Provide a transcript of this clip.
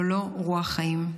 ללא רוח חיים.